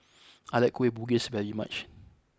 I like Kueh Bugis very much